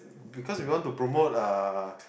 because if you want to promote uh